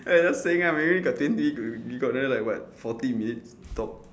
I'm just saying lah maybe got twenty girl you got another like [what] forty minutes to talk